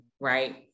right